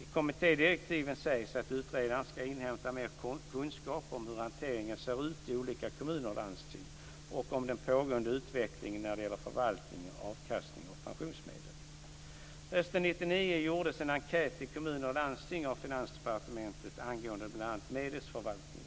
I kommittédirektiven sägs att utredaren ska inhämta mer kunskap om hur hanteringen ser ut i olika kommuner och landsting och om den pågående utvecklingen när det gäller förvaltning och avkastning av pensionsmedel. Hösten 1999 gjordes en enkät till kommuner och landsting av Finansdepartementet angående bl.a. medelsförvaltningen.